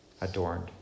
adorned